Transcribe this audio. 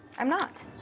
i'm not.